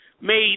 made